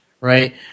right